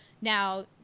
Now